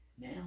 now